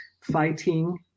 fighting